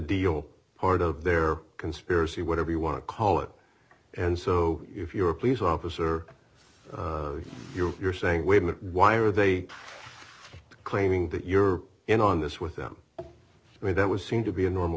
deal part of their conspiracy whatever you want to call it and so if you're a police officer you're saying women why are they claiming that you're in on this with them i mean that would seem to be a normal